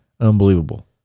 Unbelievable